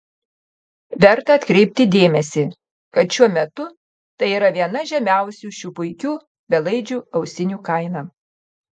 verta atkreipti dėmesį kad šiuo metu tai yra viena žemiausių šių puikių belaidžių ausinių kaina